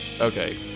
Okay